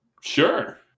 Sure